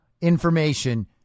information